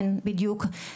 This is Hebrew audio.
כן בדיוק,